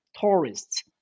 tourists